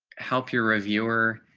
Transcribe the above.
help your reviewer,